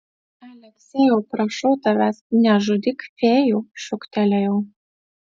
aleksejau prašau tavęs nežudyk fėjų šūktelėjau